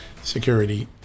Security